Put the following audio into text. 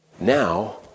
now